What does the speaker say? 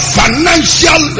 financial